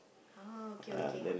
uh okay okay